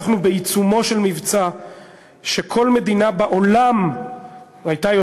אנחנו בעיצומו של מבצע שכל מדינה בעולם הייתה,